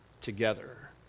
together